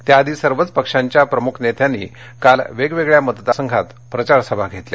त्याआधी सर्वच पक्षांच्या प्रमुख नेत्यांनी काल वेगवेगळ्या मतदारसंघात प्रचारसभा घेतल्या